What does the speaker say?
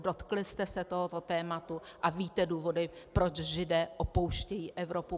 Dotkli jste se tohoto tématu a víte důvody, proč Židé opouštějí Evropu?